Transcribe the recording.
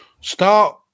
start